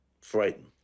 Frightened